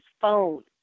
phone